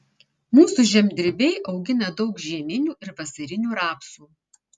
mūsų žemdirbiai augina daug žieminių ir vasarinių rapsų